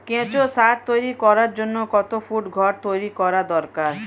কেঁচো সার তৈরি করার জন্য কত ফুট ঘর তৈরি করা দরকার?